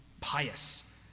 pious